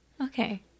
Okay